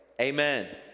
Amen